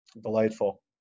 delightful